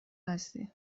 هستی